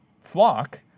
flock